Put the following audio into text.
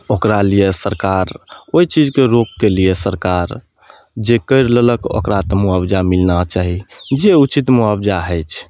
ओकरा लिए सरकार ओहि चीजके रोकके लिए सरकार जे करि लेलक ओकरा तऽ मुआवजा मिलना चाही जे उचित मुआवजा हइ छै